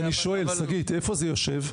אני שואל שגית, איפה זה יושב?